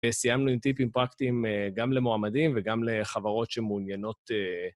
וסיימנו עם טיפים פרקטיים גם למועמדים וגם לחברות שהן מעוניינות...